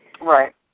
Right